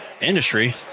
industry